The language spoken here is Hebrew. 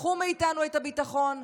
לקחו מאיתנו את הביטחון,